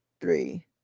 three